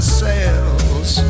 sails